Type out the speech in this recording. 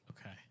Okay